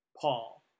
Paul